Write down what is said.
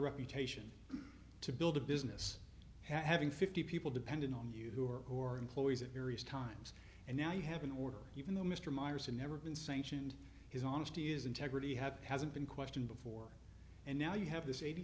reputation to build a business having fifty people dependent on you who are employees at various times and now you have an order even though mr meyers and never been sanctioned his honesty is integrity have hasn't been questioned before and now you have this eighty